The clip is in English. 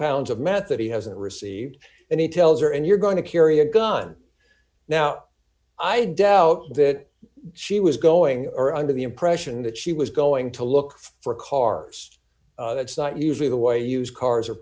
pounds of meth that he hasn't received and he tells her and you're going to carry a gun now i doubt that she was going or under the impression that she was going to look for cars that's not usually the way used cars are